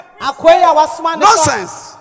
nonsense